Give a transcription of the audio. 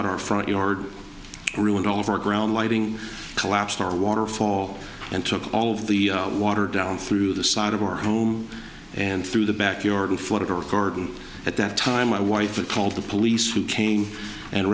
out our front yard ruined all of our ground lighting collapsed our waterfall and took all of the water down through the side of our home and through the back yard and whatever garden at that time my wife called the police who came and